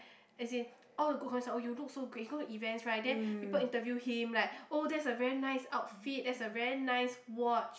as in all the group concert oh you look so great he go to events right then people interview him like oh that's a very nice outfit that's a very nice watch